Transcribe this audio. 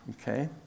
Okay